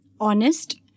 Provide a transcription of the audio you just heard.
honest